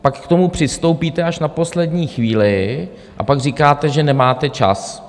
Pak k tomu přistoupíte až na poslední chvíli a pak říkáte, že nemáte čas.